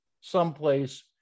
someplace